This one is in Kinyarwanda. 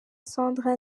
sandra